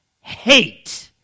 hate